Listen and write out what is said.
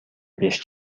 беш